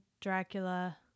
dracula